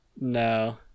No